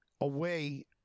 away